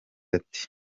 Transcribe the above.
ate